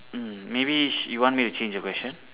mm maybe you want me to change the question